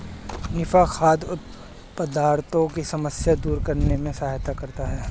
निफा खाद्य पदार्थों की समस्या दूर करने में सहायता करता है